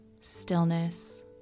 stillness